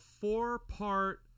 four-part